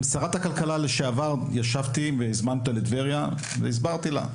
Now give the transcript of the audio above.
עם שרת הכלכלה לשעבר ישבתי והזמנתי אותה לטבריה והסברתי לה,